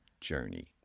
journey